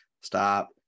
stop